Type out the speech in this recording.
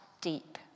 deep